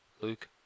Luke